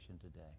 today